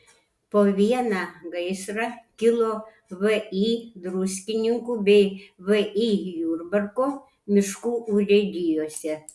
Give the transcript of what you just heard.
po vieną gaisrą kilo vį druskininkų bei vį jurbarko miškų urėdijose